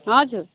हजुर